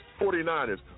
49ers